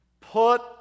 put